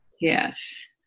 Yes